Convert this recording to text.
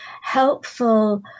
helpful